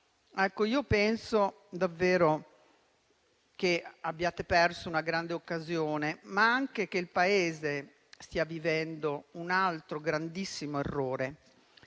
Ecco, io penso davvero che abbiate perso una grande occasione, ma anche che il Paese stia vivendo un altro grandissimo errore.